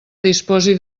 disposi